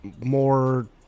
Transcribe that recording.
more